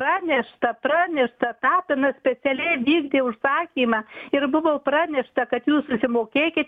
pranešta pranešta tapinas specialiai vykdė užsakymą ir buvo pranešta kad jūs susimokėkit